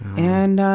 and, ah,